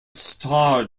star